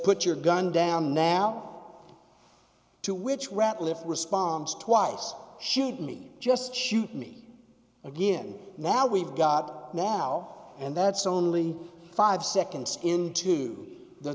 put your gun down now to which ratliff responds twice shoot me just shoot me again now we've got now and that's only five seconds into the